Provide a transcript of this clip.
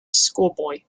schoolboy